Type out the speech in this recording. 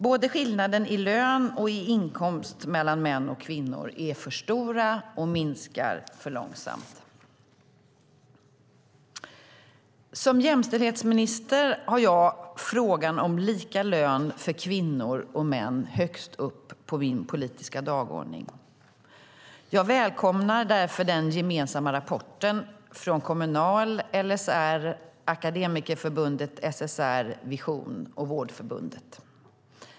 Både skillnaden i lön och i inkomst mellan män och kvinnor är för stora, och de minskar för långsamt. Som jämställdhetsminister har jag frågan om lika lön för kvinnor och män högst upp på min politiska dagordning. Jag välkomnar därför den gemensamma rapporten från Kommunal, LSR, Akademikerförbundet SSR, Vision och Vårdförbundet.